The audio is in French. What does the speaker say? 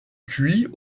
cuits